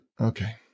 Okay